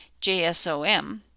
JSOM